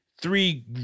three